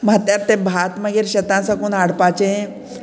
मात्यार तें भात मागीर शेतां साकून हाडपाचें